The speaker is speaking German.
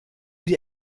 die